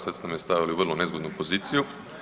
Sad ste me stavili u vrlo nezgodnu poziciju.